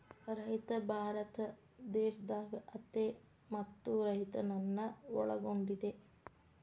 ರೈತ ಭಾರತ ದೇಶದಾಗ ಅತೇ ಹೆಚ್ಚು ರೈತರನ್ನ ಒಳಗೊಂಡಿದೆ